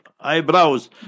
eyebrows